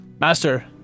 Master